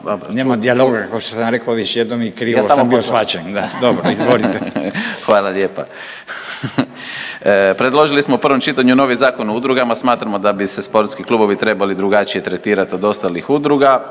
sam bio shvaćen. Da, dobro, izvolite. **Daus, Emil (IDS)** Hvala lijepa. Predložili smo u prvom čitanju novi zakon o udrugama, smatramo da bi se sportski klubovi trebali drugačije tretirat od ostalih udruga